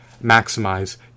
maximize